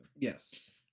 Yes